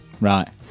Right